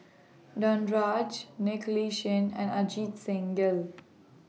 Danaraj Li Chin and Ajit Singh Gill